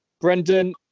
Brendan